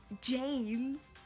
James